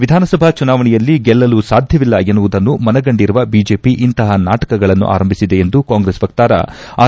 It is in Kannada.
ವಿಧಾನಸಭಾ ಚುನಾವಣೆಯಲ್ಲಿ ಗೆಲ್ಲಲು ಸಾಧ್ಯವಿಲ್ಲ ಎನ್ನುವುದನ್ನು ಮನಗಂಡಿರುವ ಬಿಜೆಪಿ ಇಂತಹ ನಾಟಕಗಳನ್ನು ಆರಂಭಿಸಿದೆ ಎಂದು ಕಾಂಗ್ರೆಸ್ ವಕ್ತಾರ ಆರ್